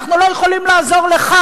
אנחנו לא יכולים לעזור לך,